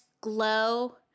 glow